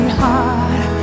heart